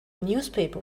newspaper